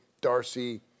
Darcy